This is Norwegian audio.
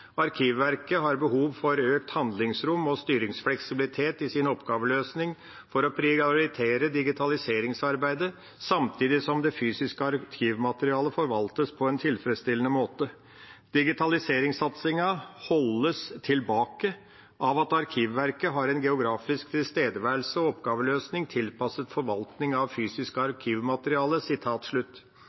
Arkivverket i oktober i år la fram rapporten «Arkivverkets geografiske oppgaveløsing og tilstedeværelse». Det har vært opprettet en styringsgruppe for oppdraget, og i rapporten heter det: «Arkivverket har behov for økt handlingsrom og styringsfleksibilitet i sin oppgaveløsing for å prioritere digitaliseringsarbeidet, samtidig som det fysiske arkivmaterialet forvaltes på en tilfredsstillende måte. Digitaliseringssatsingen holdes tilbake